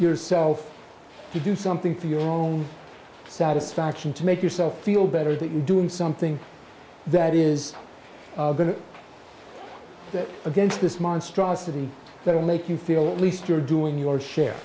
yourself to do something for your own satisfaction to make yourself feel better that you are doing something that is against this monstrosity that will make you feel at least you're doing your share